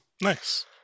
nice